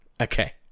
Okay